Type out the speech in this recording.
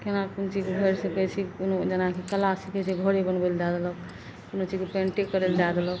केना पेंटिंगके भरि सकय छी कोनो जेना कि कला सीखय छै घोड़े बनबय लए दए देलक कोनो चीजके पेन्टिंग करय लए दए देलक